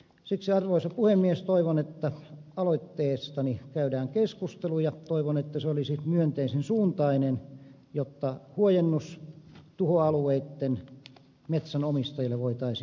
siksi arvoisa puhemies toivon että aloitteestani käydään keskustelu ja toivon että se olisi myönteisen suuntainen jotta huojennus tuhoalueitten metsänomistajille voitaisiin saada